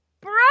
Bro